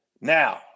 Now